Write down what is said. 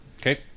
okay